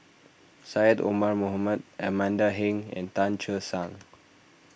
Syed Omar Mohamed Amanda Heng and Tan Che Sang